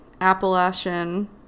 Appalachian